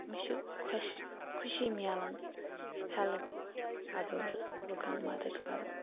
مےٚ چھِ خۄش خوشی میلان ہیلٕپ اَدٲرٕس لُکَن مَدد کَرُن